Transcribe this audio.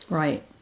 right